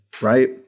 right